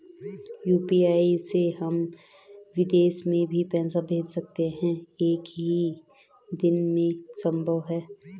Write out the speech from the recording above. UPI से हम विदेश में भी पैसे भेज सकते हैं एक ही दिन में संभव है?